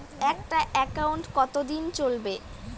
একটা একাউন্ট কতদিন চলিবে?